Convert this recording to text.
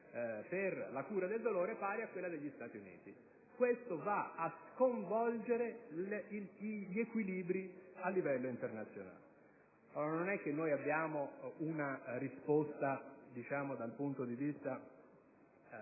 per la cura del dolore pari a quella degli Stati Uniti. Questo va a sconvolgere gli equilibri a livello internazionale. Non è che noi abbiamo una risposta dal punto di vista